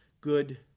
good